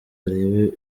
arebe